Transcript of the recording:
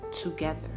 together